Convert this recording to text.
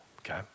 Okay